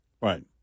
Right